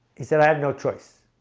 he said i had no choice.